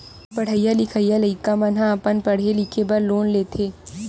पड़हइया लिखइया लइका मन ह अपन पड़हे लिखे बर लोन लेथे